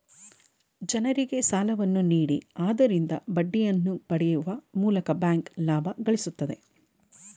ಜನರಿಗೆ ಸಾಲವನ್ನು ನೀಡಿ ಆದರಿಂದ ಬಡ್ಡಿಯನ್ನು ಪಡೆಯುವ ಮೂಲಕ ಬ್ಯಾಂಕ್ ಲಾಭ ಗಳಿಸುತ್ತದೆ